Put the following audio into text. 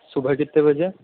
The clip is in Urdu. صبح کتنے بجے